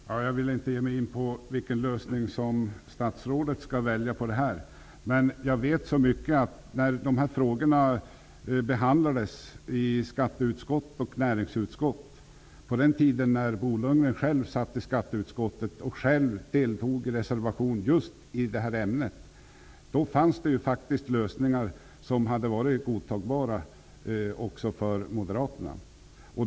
Herr talman! Jag vill inte ge mig in på vilken lösning statsrådet skall välja på det här problemet. Men jag vet så mycket att när de här frågorna behandlades i skatteutskottet och näringsutskottet, på den tiden Bo Lundgren själv satt i skatteutskottet och deltog i reservation i just det här ämnet, fanns det lösningar som hade varit godtagbara också för moderaterna.